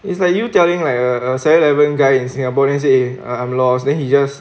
it's like you telling like a seven eleven guy in singapore and say I'm lost then he just